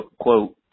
quote